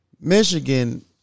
Michigan